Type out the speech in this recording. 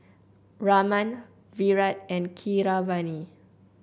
Raman Virat and Keeravani